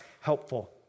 helpful